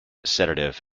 sedative